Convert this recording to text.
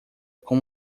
com